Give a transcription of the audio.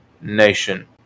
nation